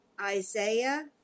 Isaiah